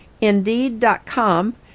Indeed.com